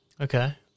Okay